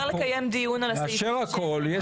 לאשר את הכל.